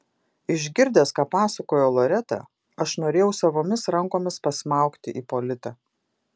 išgirdęs ką pasakojo loreta aš norėjau savomis rankomis pasmaugti ipolitą